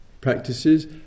practices